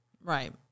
Right